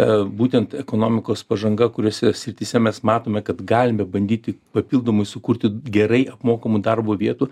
a būtent ekonomikos pažanga kuriose srityse mes matome kad galime bandyti papildomai sukurti gerai apmokamų darbo vietų